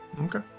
Okay